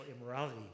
immorality